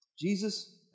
Jesus